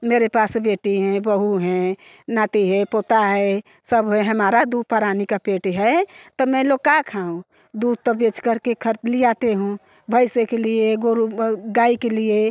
मेरे पास बेटी हैं बहू हैं नाती है पोता है सब है हमारा दू प्राणी का पेट है तो मैं लोग का खाऊँ दूध तो बेचकर के खर लियाते हूँ भैसें के लिए गोरू गाय के लिए